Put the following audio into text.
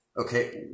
Okay